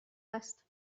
است